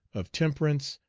of temperance,